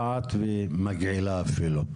מזעזעת ומגעילה אפילו.